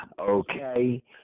okay